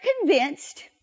convinced